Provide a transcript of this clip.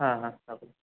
হ্যাঁ হ্যাঁ রাখুন